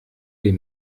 les